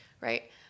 right